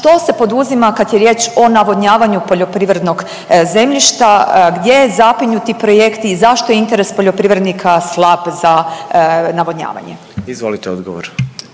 što se poduzima kad je riječ o navodnjavanju poljoprivrednog zemljišta? Gdje zapinju ti projekti i zašto je interes poljoprivrednika slab za navodnjavanje? **Jandroković,